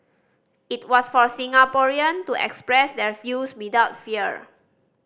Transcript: it was for Singaporean to express their views without fear